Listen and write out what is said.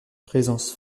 présence